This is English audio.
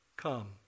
Come